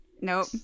Nope